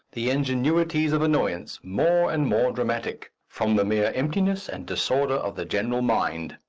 the ingenuities of annoyance, more and more dramatic from the mere emptiness and disorder of the general mind!